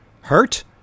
hurt